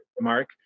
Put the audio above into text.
Mark